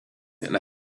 and